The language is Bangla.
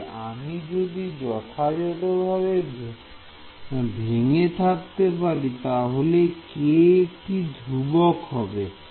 তাই আমি যদি যথাযথভাবে ভেঙে থাকতে পারি তাহলে k একটি ধ্রুবক হবে